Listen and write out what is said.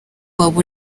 waba